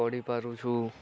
ପଢ଼ିପାରୁଛୁ